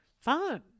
fun